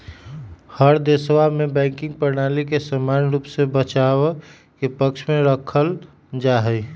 हर देशवा में बैंकिंग प्रणाली के समान रूप से बचाव के पक्ष में रखल जाहई